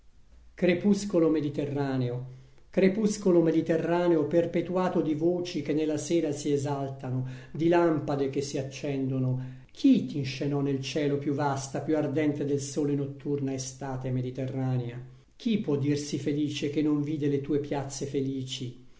crepuscolo mediterraneo crepuscolo mediterraneo perpetuato di voci che nella sera si esaltano di lampade che si accendono chi t'inscenò nel cielo più vasta più ardente del sole notturna estate mediterranea chi può dirsi felice che non vide le tue piazze felici